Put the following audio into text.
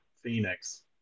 phoenix